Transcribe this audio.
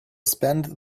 spend